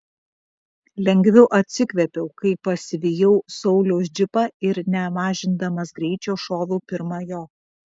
lengviau atsikvėpiau kai pasivijau sauliaus džipą ir nemažindamas greičio šoviau pirma jo